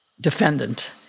defendant